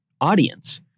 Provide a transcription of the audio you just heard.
audience